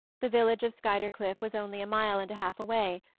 the village of skuytercliff was only a mile and a half away,